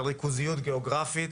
הריכוזיות הגיאוגרפית.